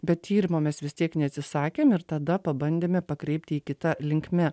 bet tyrimo mes vis tiek neatsisakėm ir tada pabandėme pakreipt jį kita linkme